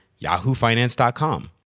yahoofinance.com